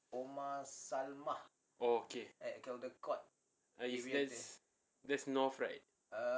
okay is that's that's north right